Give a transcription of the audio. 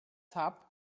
tub